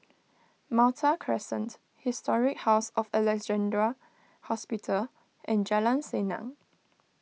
Malta Crescent Historic House of Alexandra Hospital and Jalan Senang